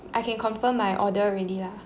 I can confirm my order already lah